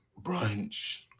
brunch